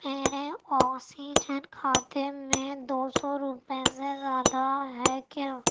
میرے آکسیجن کھاتے میں دو سو روپے سے زیادہ ہیں کیا